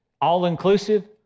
All-inclusive